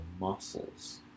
muscles